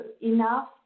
enough